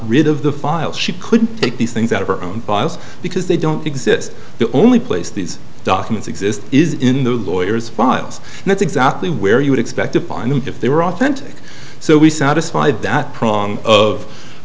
rid of the file she couldn't take these things out of her own files because they don't exist the only place these documents exist is in the lawyers files and that's exactly where you would expect to find them if they were authentic so we satisfied that prong of